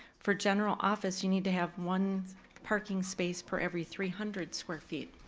for general office, you need to have one parking space per every three hundred square feet.